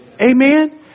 Amen